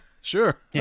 Sure